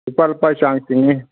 ꯂꯨꯄꯥ ꯂꯨꯄꯥ ꯆꯥꯡ ꯆꯤꯡꯉꯤ